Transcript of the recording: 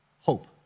Hope